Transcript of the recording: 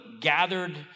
gathered